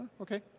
Okay